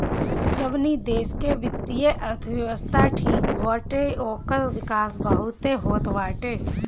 जवनी देस के वित्तीय अर्थव्यवस्था ठीक बाटे ओकर विकास बहुते होत बाटे